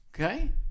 Okay